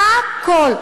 הכול.